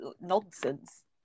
nonsense